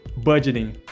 budgeting